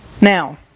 Now